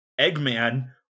Eggman